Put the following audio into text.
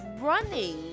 running